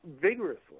vigorously